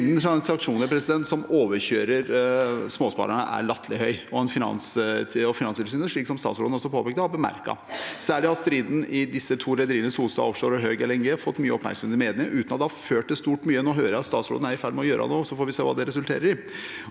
Mengden transaksjoner som overkjører småsparerne, er latterlig høy, noe Finanstilsynet, slik statsråden også påpekte, har bemerket. Særlig striden mellom de to rederiene Solstad Offshore og Höegh LNG har fått mye oppmerksomhet i mediene, uten at det har ført til stort. Nå hører jeg at statsråden er i ferd med å gjøre noe, og så får vi se hva det resulterer i.